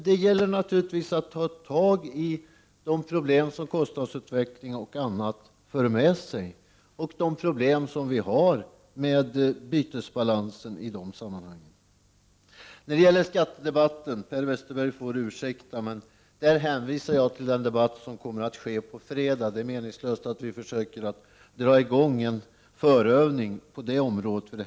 Det gäller naturligtvis att ta tag i de problem som kostnadsutveckling och annat för med sig och de problem som vi i de sammanhangen har med bytesbalansen. När det gäller skattedebatten hänvisar jag — Per Westerberg får ursäkta — till den debatt som kommer att äga rum på fredag. Det är meningslöst att vi vid detta tillfälle försöker att dra i gång en förövning på det området.